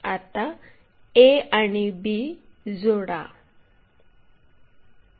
आता a आणि b जोडा